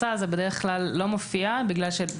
זה בדרך כלל לא מופיע בגלל שלהיפך,